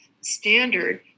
standard